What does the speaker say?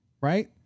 right